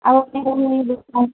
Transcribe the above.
اب اپنے گھر میں ہی